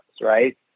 right